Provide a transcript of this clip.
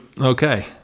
Okay